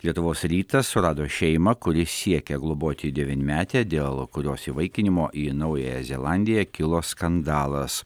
lietuvos rytas surado šeimą kuri siekia globoti devynmetę dėl kurios įvaikinimo į naująją zelandiją kilo skandalas